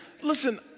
listen